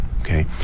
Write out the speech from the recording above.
Okay